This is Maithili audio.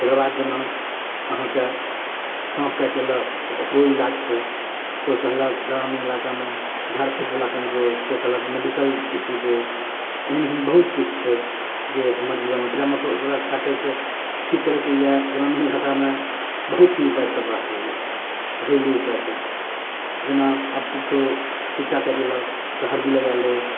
तकरबाद जेना अहाँके साँप काटि लेलक तऽ ओकरो इलाज छै कोइ कहलक ग्रामीण इलाकामे झाड़ फूकवला लग जो तऽ मेडिकल दिशु जो एहन एहन बहुत किछु छै जे हमर जीवनमे कीड़ा मकोड़ाके काटैके ठीक करै के लिए ग्रामीण इलाकामे बहुत ही उपाय सब राखल यऽ घरेलू उपाय सब जेना आब कुछौ चीटा काटि लेलक तऽ हरदी लगा ले